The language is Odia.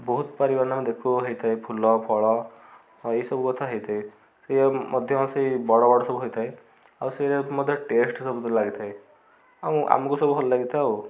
ବହୁତ ପାରିବାନ ଦେଖୁ ହେଇଥାଏ ଫୁଲ ଫଳ ଏଇସବୁ କଥା ହେଇଥାଏ ସେ ମଧ୍ୟ ସେ ବଡ଼ ବଡ଼ ସବୁ ହୋଇଥାଏ ଆଉ ସେ ମଧ୍ୟ ଟେଷ୍ଟ ସବୁ ଲାଗିଥାଏ ଆଉ ଆମକୁ ସବୁ ଭଲ ଲାଗିଥାଏ ଆଉ